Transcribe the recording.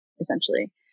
essentially